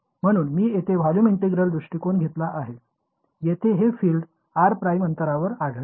म्हणून मी येथे व्हॉल्यूम ईंटेग्रेल दृष्टिकोन घेतला आहे येथे हे फील्ड r ′ अंतरावर आढळेल